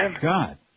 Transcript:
God